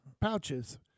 pouches